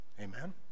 Amen